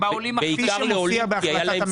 אתה פותח עכשיו דף חדש עם